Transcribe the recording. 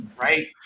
right